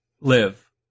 live